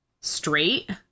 straight